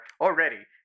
Already